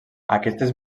aquestes